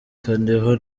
kandiho